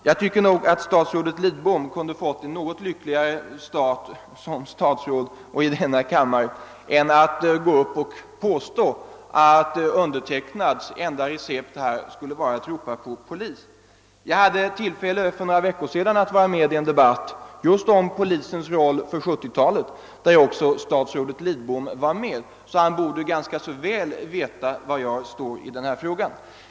Jag tycker nog att statsrådet Lidbom kunde ha fått en något lyckligare start som statsråd i denna kammare än att gå upp och påstå att mitt enda recept här skulle vara att ropa på polis. Jag hade för några veckor sedan tillfälle att vara med i en debatt just om polisens roll på 1970-talet, och även statsrådet Lidbom var med och borde ganska väl veta var jag står i denna fråga.